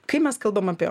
kai mes kalbam apie